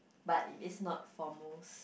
but it is not for most